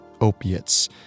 opiates